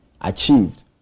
achieved